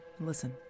listen